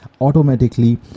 automatically